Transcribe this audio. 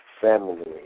family